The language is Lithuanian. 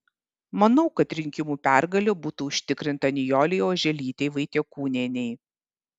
manau kad rinkimų pergalė būtų užtikrinta nijolei oželytei vaitiekūnienei